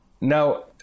Now